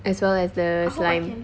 as well as the slime